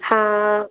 ಹಾಂ